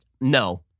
no